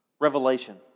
revelation